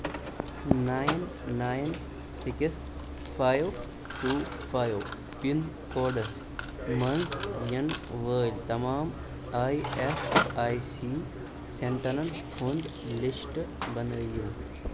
nine nine six five two five pin codes مَنٛز یِنہٕ وٲلۍ تمام آی ایس آی سی سینٹرن ہُنٛد لشٹہٕ بنٲیِو